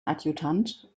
adjutant